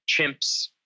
chimps